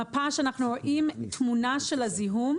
זו מפה שבה אנחנו רואים תמונה של הזיהום.